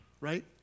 right